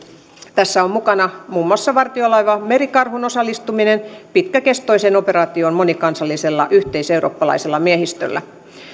tässä on mukana muun muassa vartiolaiva merikarhun osallistuminen pitkäkestoiseen operaatioon monikansallisella yhteiseurooppalaisella miehistöllä